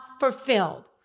fulfilled